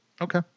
okay